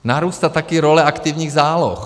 Narůstá taky role aktivních záloh.